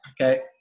okay